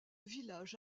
village